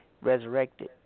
resurrected